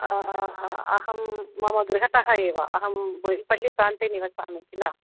अहं मम गृहतः एव अहं बहिपल्लिप्रान्ते निवसामि किल